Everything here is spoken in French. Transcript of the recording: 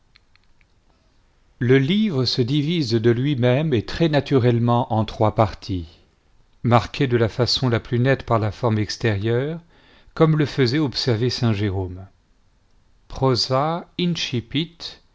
le livre se divise de lui-même et très naturellement en trois parties marquées de la façon la plus nette par la forme extérieure comme le faisait observer saint jérôme prosa incipit